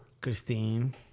Christine